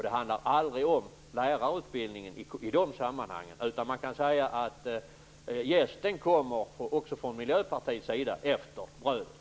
Det handlar aldrig om lärarutbildningen i de sammanhangen. Man kan säga att jästen kommer efter brödet även hos Miljöpartiet.